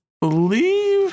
believe